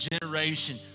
generation